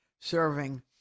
serving